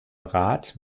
rat